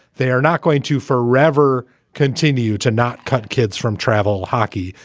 they are not going to forever continue to not cut kids from travel hockey.